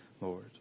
Lord